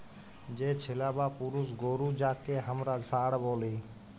যে ছেলা বা পুরুষ গরু যাঁকে হামরা ষাঁড় ব্যলি